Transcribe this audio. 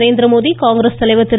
நரேந்திரமோடி காங்கிரஸ் தலைவர் திரு